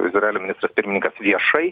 izraelio pirmininkas viešai